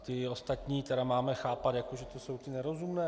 Ty ostatní tedy máme chápat, jako že to jsou ty nerozumné?